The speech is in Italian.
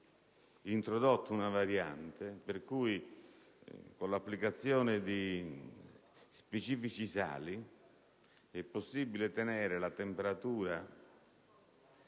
introdotto una variante per cui, con l'applicazione di specifici sali, è possibile mantenere la temperatura